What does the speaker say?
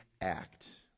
act